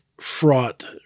fraught